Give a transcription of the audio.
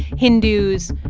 hindus,